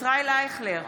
ישראל אייכלר,